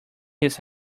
his